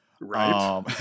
Right